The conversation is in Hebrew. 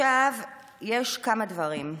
יש כמה דברים.